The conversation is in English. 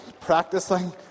practicing